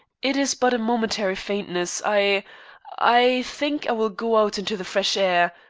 it is but a momentary faintness. i i think i will go out into the fresh air.